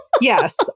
Yes